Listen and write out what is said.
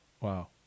Wow